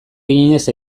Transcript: eginez